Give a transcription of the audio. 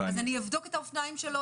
אני אבדוק את האופניים שלו,